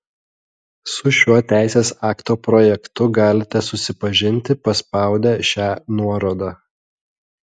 su šiuo teisės akto projektu galite susipažinti paspaudę šią nuorodą